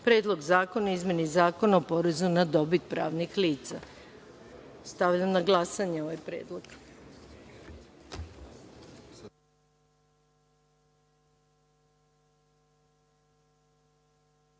Predlog zakona o izmeni Zakona o porezu na dobit pravnih lica. Stavljam na glasanje ovaj